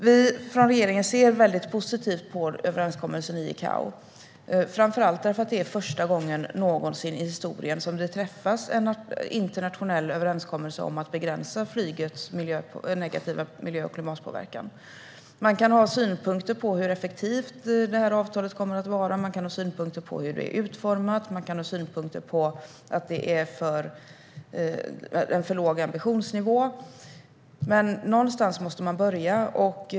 Vi från regeringen ser väldigt positivt på överenskommelsen i ICAO, framför allt för att det är första gången någonsin i historien som det träffas en internationell överenskommelse om att begränsa flygets negativa miljö och klimatpåverkan. Man kan ha synpunkter på hur effektivt avtalet kommer att vara, synpunkter på hur det är utformat och synpunkter på att det är en för låg ambitionsnivå. Men någonstans måste man börja.